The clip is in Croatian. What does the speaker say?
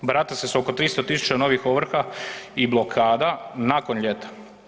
Barata se s oko 300 000 novih ovrha i blokada nakon ljeta.